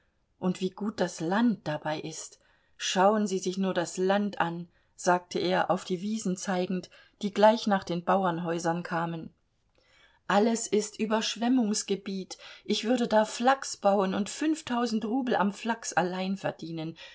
und wie gut das land dabei ist schauen sie sich nur das land an sagte er auf die wiesen zeigend die gleich nach den bauernhäusern kamen alles ist überschwemmungsgebiet ich würde da flachs bauen und fünftausend rubel am flachs allein verdienen